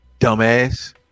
dumbass